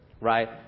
Right